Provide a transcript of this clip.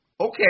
okay